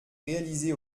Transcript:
réalisée